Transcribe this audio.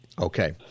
Okay